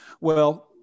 Well-